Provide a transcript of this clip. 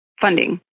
Funding